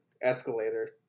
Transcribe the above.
escalator